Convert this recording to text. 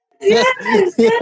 Yes